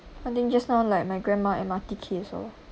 and then just now like my grandma M_R_T case lor